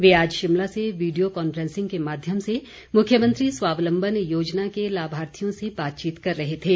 वे आज शिमला से video conferencing के माध्यम से मुख्यमंत्री स्वावलम्बन योजना के लाभार्थियों से बातचीत कर रहे थे